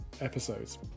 episodes